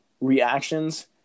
reactions